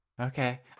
Okay